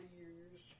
years